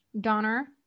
Donner